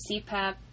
CPAP